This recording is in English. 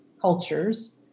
cultures